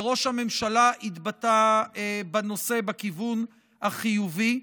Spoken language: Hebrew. וראש הממשלה התבטא בנושא בכיוון החיובי.